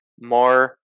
more